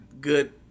good